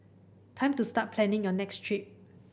time to start planning your next trip